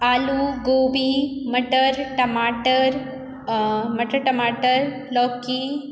आलू गोभी मटर टमाटर मटर टमाटर लौकी